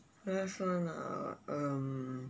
don't have one lah um